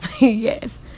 yes